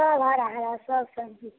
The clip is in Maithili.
सभ हरा हरा सभ सब्जी